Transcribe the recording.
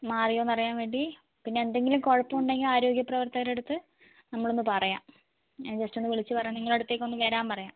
മാറിയോ എന്നറിയാൻ വേണ്ടി പിന്നെ എന്തെങ്കിലും കുഴപ്പം ഉണ്ടെങ്കിൽ ആരോഗ്യപ്രവർത്തകരുടെ അടുത്ത് നമ്മളൊന്ന് പറയാം ഞാൻ ജസ്റ്റ് ഒന്ന് വിളിച്ചുപറഞ്ഞ് നിങ്ങളുടെ അടുത്തേക്ക് ഒന്ന് വരാൻ പറയാം